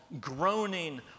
groaning